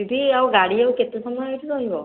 ଦିଦି ଆଉ ଗାଡ଼ି ଆଉ କେତେ ସମୟ ଏଇଠି ରହିବ